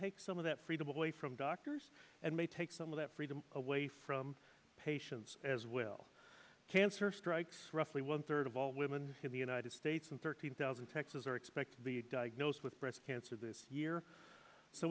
take some of that freedom away from doctors and may take some of that freedom away from patients as well cancer strikes roughly one third of all women in the united states and thirty thousand texas or expect to be diagnosed with breast cancer this year so